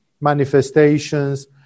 manifestations